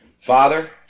Father